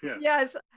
Yes